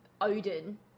Odin